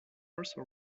also